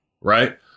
right